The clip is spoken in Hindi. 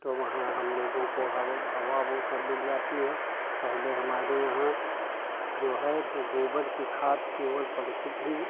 तो वहाँ हमलोगों को हवा हवा वह सब मिल जाती है पहले हमारे यहाँ जो है तो गोबर की खाद केवल पड़ती थी